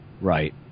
Right